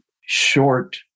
short